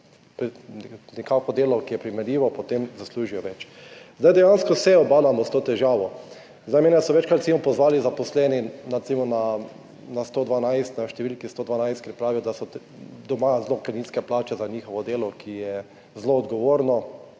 nekako delo, ki je primerljivo, potem zaslužijo več. Dejansko se ubadamo s to težavo. Mene so večkrat, recimo, pozvali zaposleni na številki 112, ker pravijo, da so doma veliko prenizke plače za njihovo delo, ki je zelo odgovorno.